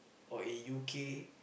or in U_K